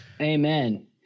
Amen